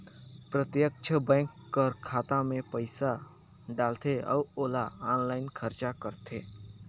प्रत्यक्छ बेंक कर खाता में पइसा डालथे अउ ओला आनलाईन खरचा करथे